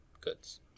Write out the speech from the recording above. goods